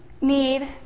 need